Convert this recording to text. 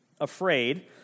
afraid